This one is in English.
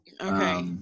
Okay